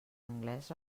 anglés